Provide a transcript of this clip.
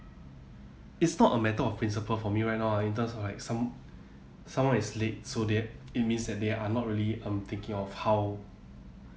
it's not a matter of principle for me right now or in terms or like some someone is late so that it means that they are not really um thinking of how